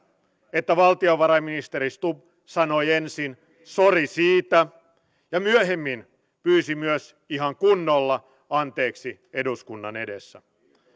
että valtiovarainministeri stubb sanoi ensin sori siitä ja myöhemmin pyysi myös ihan kunnolla anteeksi eduskunnan edessä